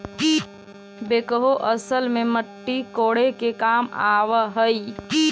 backhoe असल में मट्टी कोड़े के काम आवऽ हई